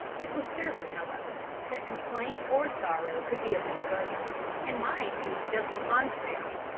it was certain, however, that complaint or sorrow could be of no service, and might be just the contrary,